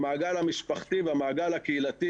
המעגל המשפחתי והמעגל הקהילתי.